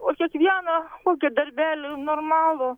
už kiekvieną kokį darbelį normalų